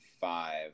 five